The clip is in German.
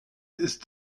ist